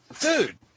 Dude